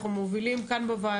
אנחנו מובילים את זה כאן בוועדה,